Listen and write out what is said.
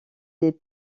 des